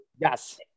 yes